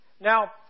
Now